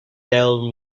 tell